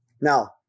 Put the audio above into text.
Now